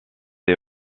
est